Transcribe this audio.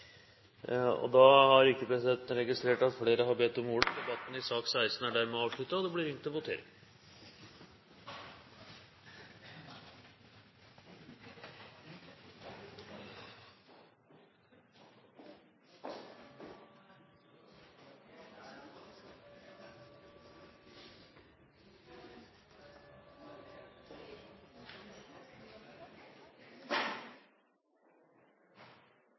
retning. Da har ikke presidenten registrert at flere har bedt om ordet til sak nr. 16. Da er Stortinget klart til å gå til votering.